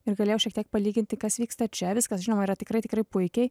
ir galėjau šiek tiek palyginti kas vyksta čia viskas žinoma yra tikrai tikrai puikiai